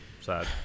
Sad